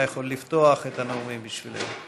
אתה יכול לפתוח את הנאומים בשבילנו.